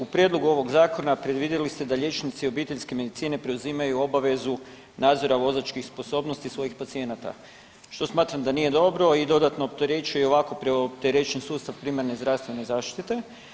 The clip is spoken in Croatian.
U prijedlogu ovog zakona predvidjeli ste da liječnici obiteljske medicine preuzimaju obavezu nadzora vozačkih sposobnosti svojih pacijenata što smatram da nije dobro i dodatno opterećuje i ovako opterećen sustav primarne zdravstvene zaštite.